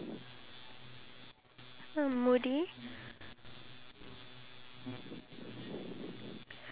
we should actually take the time not only to thank god for the food that he has given us but also